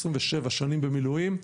27 שנים במילואים,